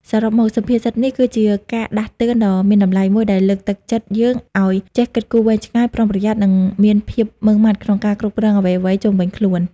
សរុបមកសុភាសិតនេះគឺជាការដាស់តឿនដ៏មានតម្លៃមួយដែលលើកទឹកចិត្តយើងឱ្យ ចេះគិតគូរវែងឆ្ងាយ ប្រុងប្រយ័ត្ន និងមានភាពម៉ឺងម៉ាត់ក្នុងការគ្រប់គ្រងអ្វីៗជុំវិញខ្លួន ។